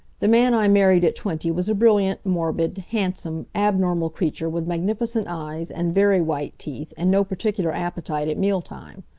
the man i married at twenty was a brilliant, morbid, handsome, abnormal creature with magnificent eyes and very white teeth and no particular appetite at mealtime.